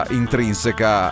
intrinseca